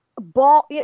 ball